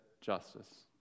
justice